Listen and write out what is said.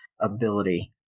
ability